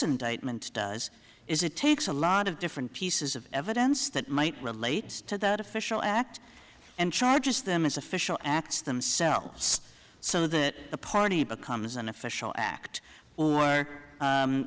indictment does is it takes a lot of different pieces of evidence that might relate to that official act and charges them as official acts themselves so that the party becomes an official act or